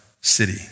city